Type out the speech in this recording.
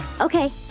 Okay